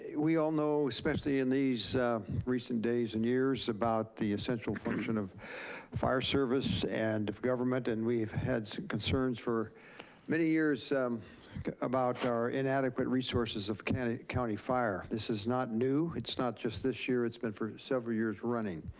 we all know, especially in these recent days and years about the essential function of fire service and of government, and we have had concerns for many years about our inadequate resources of county county fire. this is not new. it's not just this year, it's been for several years running.